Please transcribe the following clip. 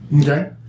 Okay